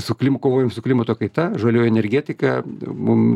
su klim kovojam su klimato kaita žalioji energetika mum